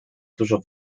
dużo